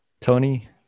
Tony